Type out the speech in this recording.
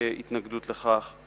התנגדות לכך,